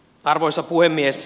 arvoisa puhemies